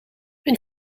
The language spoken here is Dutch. een